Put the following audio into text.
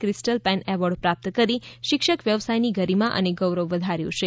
crystal pen award પ્રાપ્ત કરી શિક્ષક વ્યવસાયની ગરીમા અને ગૌરવ વધાર્યુ છે